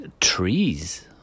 trees